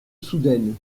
soudaine